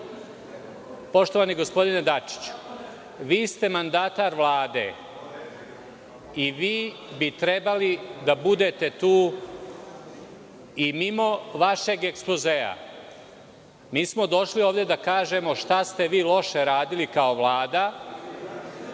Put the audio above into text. klubovima. Poštovani gospodine Dačiću, vi ste mandatar Vlade i vi bi trebali da budete tu i mimo vašeg ekspozea. Mi smo došli ovde da kažemo šta ste vi loše uradili, kao Vlada,